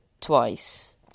twice